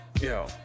Yo